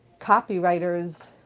copywriters